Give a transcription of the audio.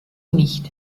nicht